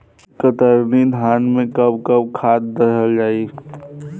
कतरनी धान में कब कब खाद दहल जाई?